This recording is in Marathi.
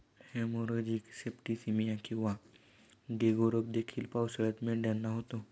हेमोरेजिक सेप्टिसीमिया किंवा गेको रोग देखील पावसाळ्यात मेंढ्यांना होतो